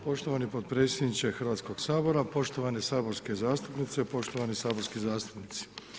Poštovani potpredsjedniče Hrvatskoga sabora, poštovane saborske zastupnice, poštovani saborski zastupnici.